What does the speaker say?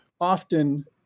often